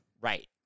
Right